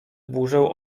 burzę